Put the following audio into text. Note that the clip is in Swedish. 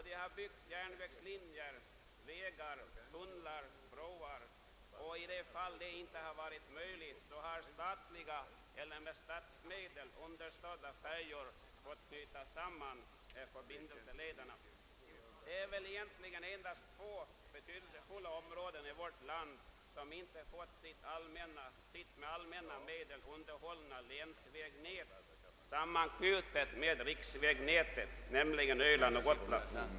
Det har byggts järnvägslinjer, vägar, tunnlar, broar, och i de fall då detta inte varit möjligt har statliga eller med statsmedel understödda färjor fått knyta samman förbindelselederna. Det är väl egentligen endast två betydelsefulla områden i vårt land som inte fått sitt med allmänna medel underhållna länsvägnät sammanknutet med riksvägnätet, nämligen Öland och Gotland.